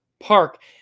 park